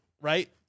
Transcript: right